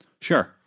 Sure